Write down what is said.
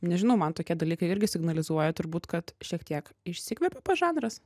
nežinau man tokie dalykai irgi signalizuoja turbūt kad šiek tiek išsikvėpė pats žanras